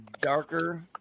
darker